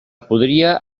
podria